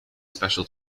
special